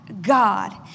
God